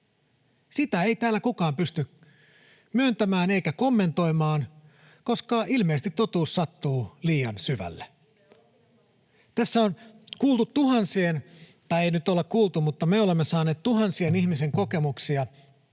Sitä ei täällä kukaan pysty myöntämään eikä kommentoimaan, koska ilmeisesti totuus sattuu liian syvälle. [Laura Meriluoto: Ideologinen valinta!] Tässä on kuultu — tai ei nyt olla kuultu, mutta me olemme saaneet — tuhansien ihmisten kokemuksia,